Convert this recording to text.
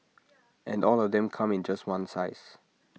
and all of them come in just one size